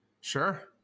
sure